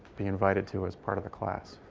be invited to as part of the class.